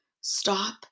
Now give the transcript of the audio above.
stop